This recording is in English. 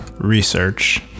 research